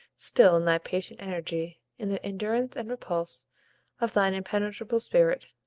still, in thy patient energy in the endurance and repulse of thine impenetrable spirit,